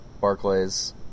Barclays